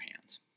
hands